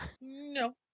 No